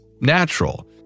natural